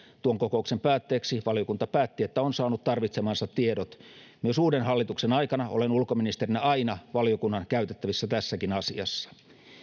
tuon kokouksen päätteeksi valiokunta päätti että on saanut tarvitsemansa tiedot myös uuden hallituksen aikana olen ulkoministerinä aina valiokunnan käytettävissä tässäkin asiassa